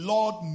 Lord